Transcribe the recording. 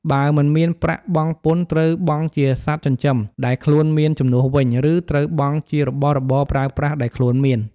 បើមិនមានប្រាក់បង់ពន្ធត្រូវបង់ជាសត្វចិញ្ចឹមដែលខ្លួនមានជំនួសវិញ ឬ ត្រូវបង់ជារបស់របរប្រើប្រាសដែលខ្លួនមាន។